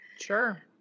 sure